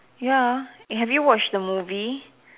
ya ah have you watched the movie